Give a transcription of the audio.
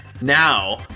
now